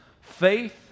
faith